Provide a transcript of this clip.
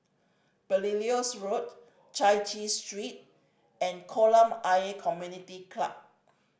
Belilios Road Chai Chee Street and Kolam Ayer Community Club